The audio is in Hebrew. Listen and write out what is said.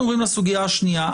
אנחנו עוברים לסוגיה השנייה.